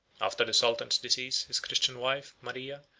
after the sultan's decease, his christian wife, maria,